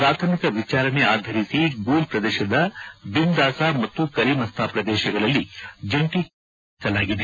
ಪ್ರಾಥಮಿಕ ವಿಚಾರಣೆ ಆಧರಿಸಿ ಗೂಲ್ ಪ್ರದೇಶದ ಬಿಮ್ದಾಸಾ ಮತ್ತು ಕಲಿಮಸ್ತಾ ಪ್ರದೇಶಗಳಲ್ಲಿ ಜಂಟಿ ಕಾರ್ಯಾಚರಣೆ ಆರಂಭಿಸಲಾಗಿದೆ